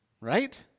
right